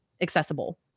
accessible